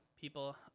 people